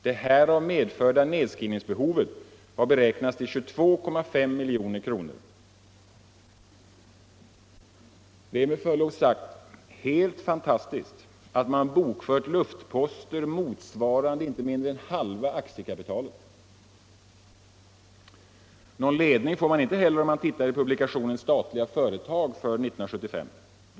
Det härav medförda nedskrivningsbehovet har beräknats till 22,5 milj.kr.” Det är med förlov sagt helt fantastiskt att bolaget har bokfört luftposter motsvarande inte mindre än halva aktiekapitalet. Någon ledning får man inte heller om man tittar i publikationen Statliga företag för 1975.